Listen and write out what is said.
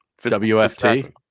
WFT